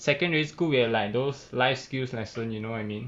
secondary school we have like those life skills lessons you know what I mean